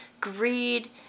greed